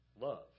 love